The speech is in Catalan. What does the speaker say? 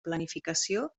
planificació